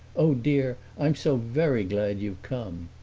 oh, dear, i'm so very glad you've come!